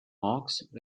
hawks